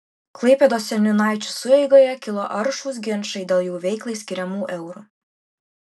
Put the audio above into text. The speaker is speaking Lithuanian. klaipėdos seniūnaičių sueigoje kilo aršūs ginčai dėl jų veiklai skiriamų eurų